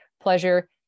pleasure